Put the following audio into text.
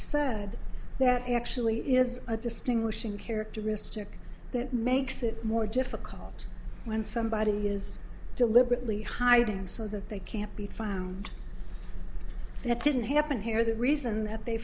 said that actually is a distinguishing characteristic that makes it more difficult when somebody is deliberately hiding so that they can't be found and it didn't happen here the reason that they